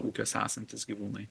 ūkiuose esantys gyvūnai